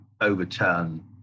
overturn